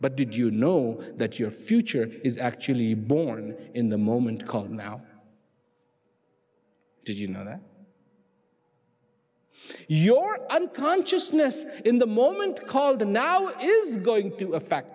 but did you know that your future is actually born in the moment called now did you know that your other consciousness in the moment called the now is going to affect